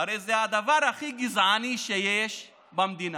הרי זה הדבר הכי גזעני שיש במדינה.